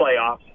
playoffs